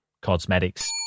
Cosmetics